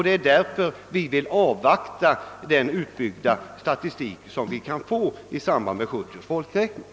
Det är därför vi vill avvakta den utbyggda statistik som vi kan få i samband med 1970 års folkräkning.